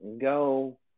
go